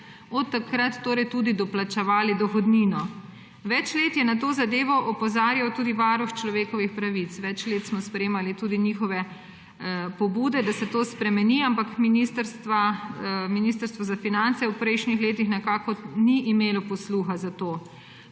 od takrat torej tudi doplačevali dohodnino. Več let je na to zadevo opozarjal tudi Varuh človekovih pravic, več let smo sprejemali tudi njihove pobude, da se to spremeni, ampak Ministrstvo za finance v prejšnjih letih nekako ni imelo posluha za to.